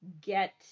Get